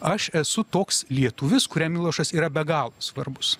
aš esu toks lietuvis kuriam milošas yra be galo svarbus